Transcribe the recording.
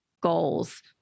goals